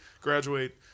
Graduate